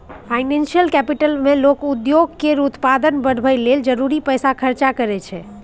financial capital मे लोक उद्योग के उत्पादन बढ़ाबय लेल जरूरी पैसा खर्च करइ छै